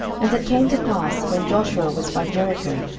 and it came to pass, when joshua was by jericho,